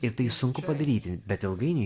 ir tai sunku padaryti bet ilgainiui